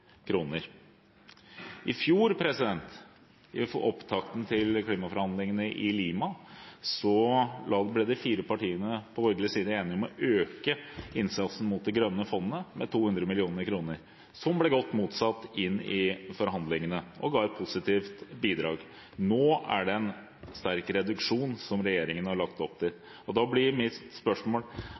partiene på borgerlig side enige om å øke innsatsen til det grønne fondet med 200 mill. kr, som ble godt mottatt i forhandlingene og ga et positivt bidrag. Nå har regjeringen lagt opp til en sterk reduksjon. Da blir mitt spørsmål: Er denne nedskaleringen etter statsministerens mening et godt bidrag fra Norge for å få til